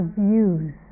views